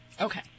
okay